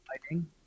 fighting